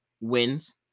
wins